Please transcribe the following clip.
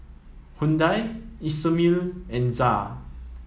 Hyundai Isomil and ZA